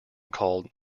called